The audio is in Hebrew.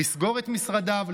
לסגור את משרדיו,